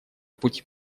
пути